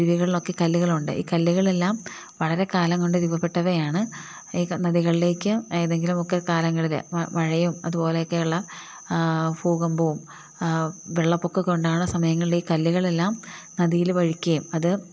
ചെറിയ അരുവികളിലൊക്കെ കല്ലുകൾ ഉണ്ട് ഈ കല്ലുകളെല്ലാം വളരെ കാലം കൊണ്ട് രൂപപ്പെട്ടവയാണ് ഈ നദികളിലേക്ക് ഏതെങ്കിലുമൊക്കെ കാലങ്ങളിൽ മഴയും അതുപോലെ ഒക്കെയുള്ള ഭൂകമ്പവും വെള്ളപ്പവുമൊക്കെ ഉണ്ടാവണ സമയങ്ങളില് ഈ കല്ലുകളെല്ലാം നദിയിൽ പതിക്കുകയും